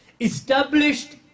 established